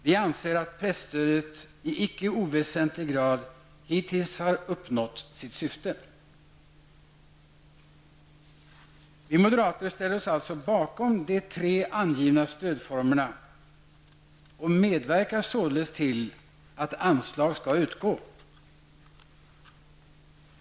Vi anser att presstödet i icke oväsentlig grad hittills har uppnått sitt syfte. Vi moderater ställer oss alltså bakom de tre angivna stödformerna och medverkar således till att anslag skall utgå.